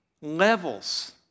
levels